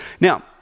Now